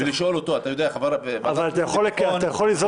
אתה יכול ליזום דיון בכל ועדה אחרת.